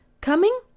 Coming